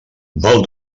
vol